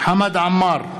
חמד עמאר,